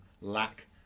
lack